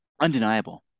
undeniable